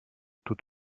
tout